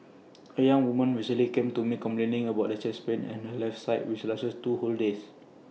A young woman recently came to me complaining of chest pain on her left side which lasted two whole days